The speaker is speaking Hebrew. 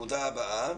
הנקודה הבאה,